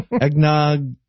Eggnog